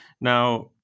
Now